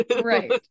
Right